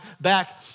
back